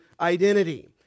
identity